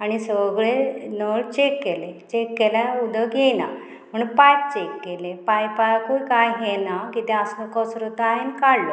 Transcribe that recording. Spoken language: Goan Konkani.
आनी सगळें नळ चॅक केलें चॅक केल्यार उदक येयना म्हण पायप चॅक केलें पायपाकूय कांय येना कितें आसलो कसरो तो हांयेन काडलो